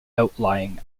outlying